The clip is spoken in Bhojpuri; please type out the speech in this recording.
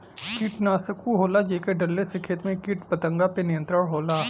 कीटनाशक उ होला जेके डलले से खेत में कीट पतंगा पे नियंत्रण होला